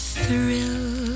thrill